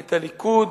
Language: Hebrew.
את הליכוד